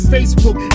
Facebook